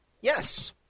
Yes